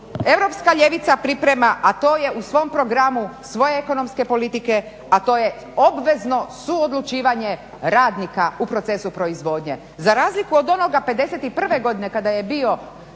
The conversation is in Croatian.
europska ljevica priprema a to je u svom programu, svoje ekonomske politike a to je obvezno suodlučivanje radnika u procesu proizvodnje. Za razliku od onoga 51.godine kada je bio